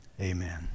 Amen